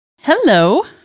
Hello